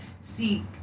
seek